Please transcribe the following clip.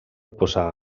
posar